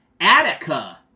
Attica